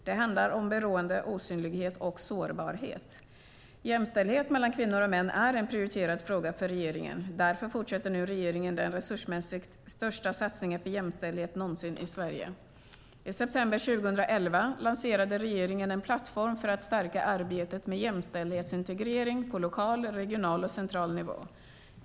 Det handlar om beroende, osynlighet och sårbarhet. Jämställdhet mellan kvinnor och män är en prioriterad fråga för regeringen. Därför fortsätter nu regeringen den resursmässigt största satsningen för jämställdhet någonsin i Sverige. I september 2011 lanserade regeringen en plattform för att stärka arbetet med jämställdhetsintegrering på lokal, regional och central nivå.